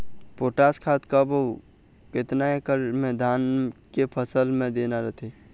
Potash खाद कब अऊ केतना एकड़ मे धान के फसल मे देना रथे?